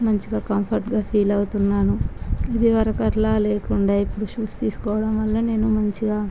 మంచిగా కంఫర్టుగా ఫీల్ అవుతున్నాను ఇదివరకు అలా లేకుండా ఇపుడు షూస్ తీసుకోవడంవల్ల నేను మంచిగా